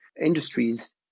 Industries